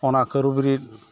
ᱚᱱᱟ ᱠᱟᱹᱨᱩᱵᱤᱨᱤᱫᱽ